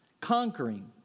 conquering